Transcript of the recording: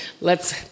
Let's